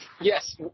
yes